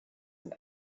und